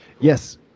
yes